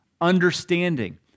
understanding